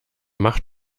macht